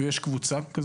ויש קבוצה כזאת.